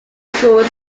schools